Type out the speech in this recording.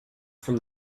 from